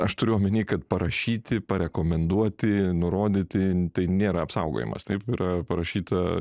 aš turiu omeny kad parašyti parekomenduoti nurodyti tai nėra apsaugojimas taip yra parašyta